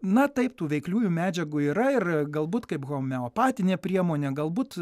na taip tų veikliųjų medžiagų yra ir galbūt kaip homeopatinę priemonę galbūt